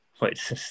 Wait